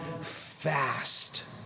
fast